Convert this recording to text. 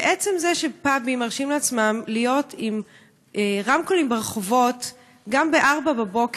עצם זה שפאבים מרשים לעצמם להיות עם רמקולים ברחובות גם ב-04:00,